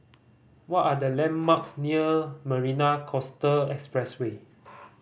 what are the landmarks near Marina Coastal Expressway